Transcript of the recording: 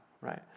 right